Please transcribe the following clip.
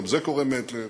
גם זה קורה מעת לעת.